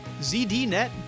ZDNet